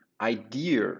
idea